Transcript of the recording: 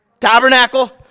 tabernacle